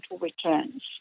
returns